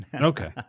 Okay